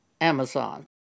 Amazon